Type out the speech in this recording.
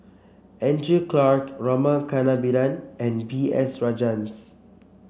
Andrew Clarke Rama Kannabiran and B S Rajhans